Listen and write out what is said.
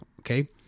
okay